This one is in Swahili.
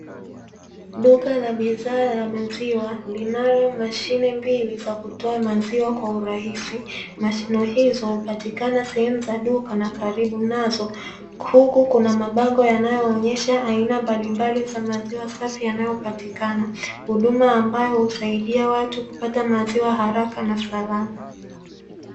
Duka la bidhaa za maziwa linayo mashine mbili za kutoa maziwa kwa sehemu mbili huduma ambayo husaidia mtu kupata maziwa haraka na salama